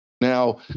Now